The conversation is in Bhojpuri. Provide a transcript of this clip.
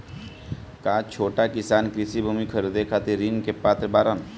का छोट किसान कृषि भूमि खरीदे खातिर ऋण के पात्र बाडन?